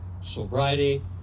sobriety